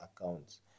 accounts